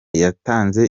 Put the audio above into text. yatanze